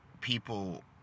people